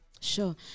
Sure